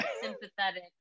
sympathetic